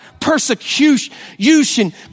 persecution